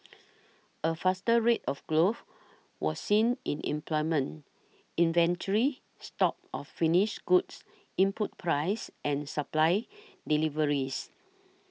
a faster rate of growth was seen in employment inventory stocks of finished goods input prices and supplier deliveries